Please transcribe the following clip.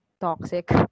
toxic